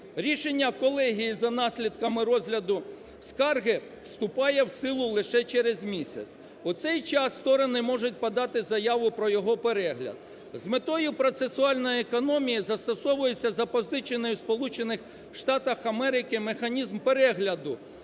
Рішення колегії за наслідками розгляду скарги вступає в силу лише через місяць. У цей час сторони можуть подати заяву про його перегляд. З метою процесуальної економії застосовується запозичений у Сполучених Штатах